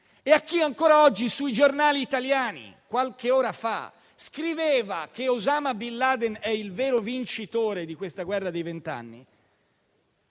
e a chi ancora oggi sui giornali italiani qualche ora fa scriveva che Osama Bin Laden è il vero vincitore di questa guerra dei vent'anni,